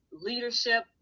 leadership